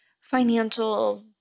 financial